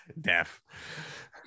Deaf